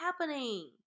happening